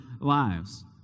lives